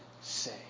say